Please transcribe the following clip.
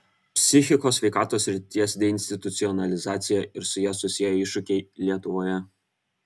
psichikos sveikatos srities deinstitucionalizacija ir su ja susiję iššūkiai lietuvoje